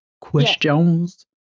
questions